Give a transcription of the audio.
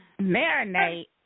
Marinate